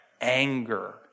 Anger